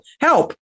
help